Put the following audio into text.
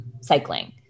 cycling